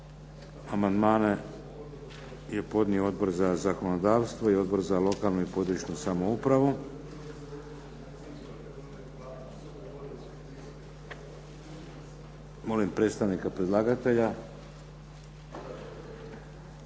Amandmane je podnio Odbor za zakonodavstvo i Odbor za lokalnu i područnu samoupravu. Molim predstavnika predlagatelja,